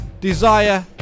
desire